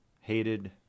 hated